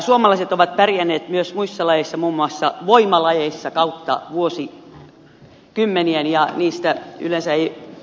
suomalaiset ovat pärjänneet myös muissa lajeissa muun muassa voimalajeissa kautta vuosikymmenien ja niistä yleensä ei puhuta